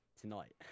tonight